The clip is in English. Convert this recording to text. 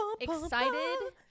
excited